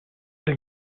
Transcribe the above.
den